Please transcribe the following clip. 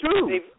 true